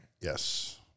Yes